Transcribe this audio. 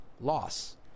loss